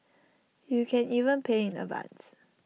you can even pay in advance